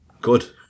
good